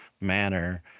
manner